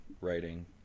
writing